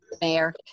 Mayor